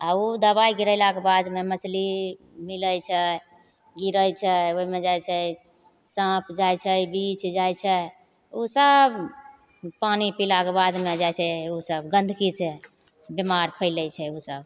आओर ओ दवाइ गिरेलाके बादमे मछली मिलै छै गिरै छै ओहिमे जाइ छै साँप जाइ छै बिझ जाइ छै ओसब पानी पिलाके बादमे जाइ छै ओसब गन्दगीसे बेमार फैलै छै ओसब